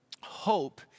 Hope